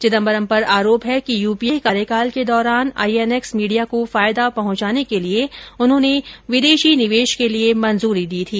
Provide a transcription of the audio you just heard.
चिदंबरम पर आरोप है कि यूपीए के पहले कार्यकाल के दौरान आईएनएक्स मीडिया को फायदा पहुंचाने के लिए उन्होंने विदेशी निवेश के लिए स्वीकृति दी थी